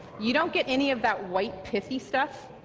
you won't get any of that white pithy stuff.